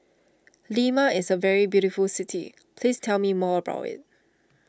Lima is a very beautiful city please tell me more about it